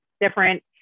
different